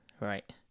Right